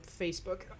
facebook